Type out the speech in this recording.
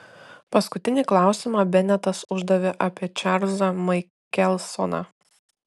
paskutinį klausimą benetas uždavė apie čarlzą maikelsoną